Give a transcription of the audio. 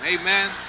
amen